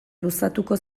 luzatuko